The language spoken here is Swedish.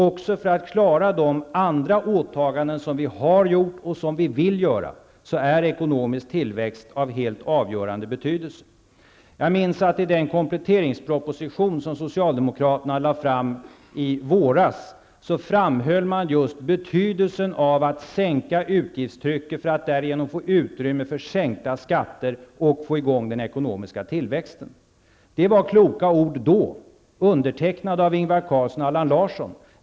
Också för att klara de andra åtaganden som vi har gjort och vill göra är ekonomisk tillväxt av helt avgörande betydelse. Jag minns att socialdemokraterna i den kompletteringsproposition som lades fram i våras framhöll just betydelsen av att sänka utgiftstrycket för att därigenom få utrymme för sänkta skatter och få i gång den ekonomiska tillväxten. Det var kloka ord då, undertecknade av Ingvar Carlsson och Allan Larsson.